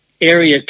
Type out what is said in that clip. area